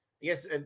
Yes